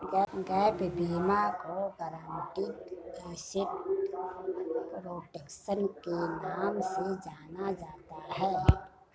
gap बीमा को guaranteed asset protection के नाम से जाना जाता है